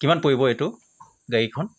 কিমান পৰিব এইটো গাড়ীখন